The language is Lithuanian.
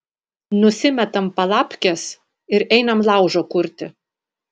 nusimetam palapkes ir einam laužo kurti